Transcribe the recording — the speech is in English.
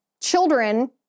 children